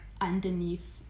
underneath